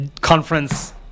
conference